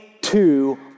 two